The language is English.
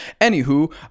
anywho